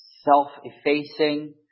self-effacing